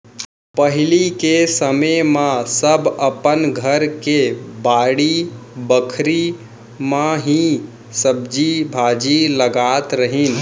पहिली के समे म सब अपन घर के बाड़ी बखरी म ही सब्जी भाजी लगात रहिन